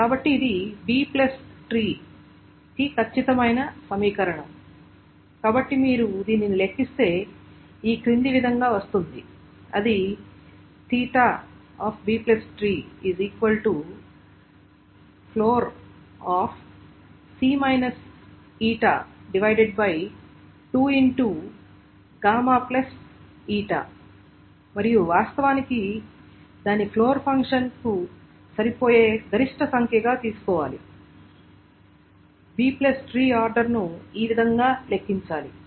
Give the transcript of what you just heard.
కాబట్టి ఇది B చెట్టుకు ఖచ్చితమైన సమీకరణం కాబట్టి మీరు దీనిని లెక్కిస్తే క్రింది విధంగా వస్తుంది అది మరియు వాస్తవానికి దాని ఫ్లోర్ ఫంక్షన్ను సరిపోయే గరిష్ట సంఖ్యగా తీసుకోవాలి Bట్రీ ఆర్డర్ను ఈ విధంగా లెక్కించాలి